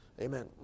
amen